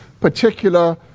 particular